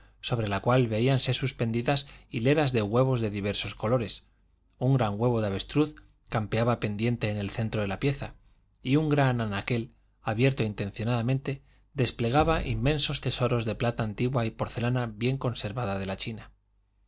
sobre la cual veíanse suspendidas hileras de huevos de diversos colores un gran huevo de aveztruz campeaba pendiente en el centro de la pieza y un gran anaquel abierto intencionadamente desplegaba inmensos tesoros de plata antigua y porcelana bien conservada de la china